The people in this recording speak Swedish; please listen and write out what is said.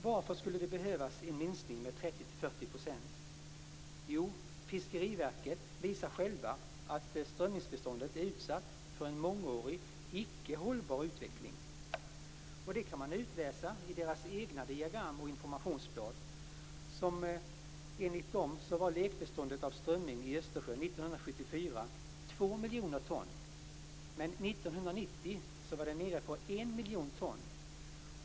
Varför skulle det behövas en minskning med 30 40 %? Jo, Fiskeriverket visar självt att strömmingsbeståndet är utsatt för en mångårig icke hållbar utveckling. Det kan man utläsa i verkets egna diagram och informationsblad. Enligt dessa var lekbeståndet av strömming i Östersjön 2 miljoner ton 1974. 1990 var det nere på 1 miljon ton.